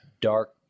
dark